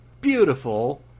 beautiful